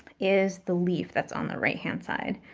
is the leaf that's on the right-hand side.